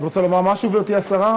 את רוצה לומר משהו, גברתי השרה?